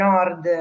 Nord